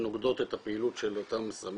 שנוגדות את הפעילות של אותם סמים.